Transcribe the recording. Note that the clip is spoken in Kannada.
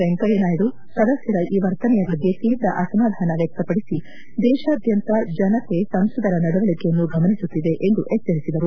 ವೆಂಕಯ್ಯ ನಾಯ್ದು ಸದಸ್ಯರ ಈ ವರ್ತನೆಯ ಬಗ್ಗೆ ತೀವ್ರ ಅಸಮಾಧಾನ ವ್ಯಕ್ತಪಡಿಸಿದೇಶಾದ್ಯಂತ ಜನತೆ ಸಂಸದರ ನಡವಳಿಕೆಯನ್ನು ಗಮನಿಸುತ್ತಿದೆ ಎಂದು ಎಚ್ಚರಿಸಿದರು